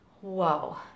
whoa